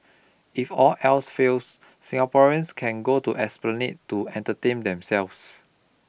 if all else fails Singaporeans can go to Esplanade to entertain themselves